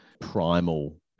primal